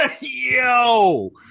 Yo